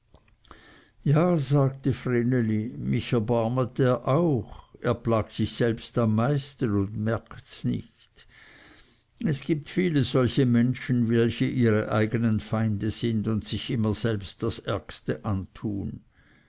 ja sagte vreneli mich erbarmet er auch er plagt sich selbst am meisten und merkts nicht es gibt viele solche menschen welche ihre eigenen feinde sind und sich immer selbst das ärgste antun